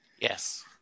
Yes